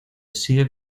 sigue